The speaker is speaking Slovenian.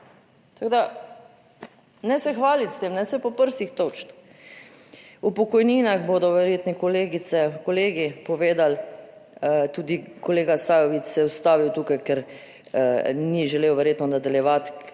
Tako, da ne se hvaliti s tem, ne se po prsih točiti. O pokojninah bodo verjetno kolegice, kolegi povedali, tudi kolega Sajovic se je ustavil tukaj, ker ni želel verjetno nadaljevati,